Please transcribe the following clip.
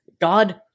God